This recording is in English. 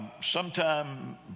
Sometime